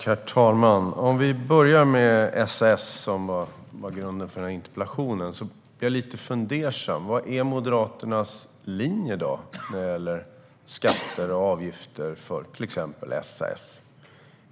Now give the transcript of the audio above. Herr talman! Om vi börjar med SAS, som var grunden för denna interpellation, är jag lite fundersam. Vad är Moderaternas linje när det gäller skatter och avgifter för till exempel SAS?